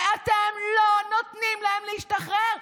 ואתם לא נותנים להם להשתחרר.